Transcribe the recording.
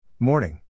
Morning